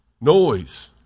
Noise